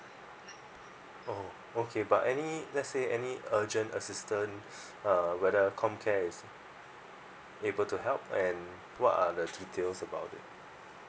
oh okay but any let's say any urgent assistant uh whether comcare is able to help and what are the details about it